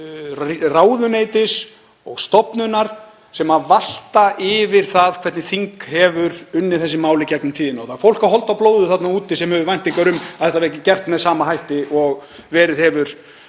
ráðuneytis og stofnunar sem valta yfir það hvernig þing hefur unnið þessi mál í gegnum tíðina. Það er fólk af holdi og blóði þarna úti sem hefur væntingar um að þetta verði gert með sama hætti og verið hefur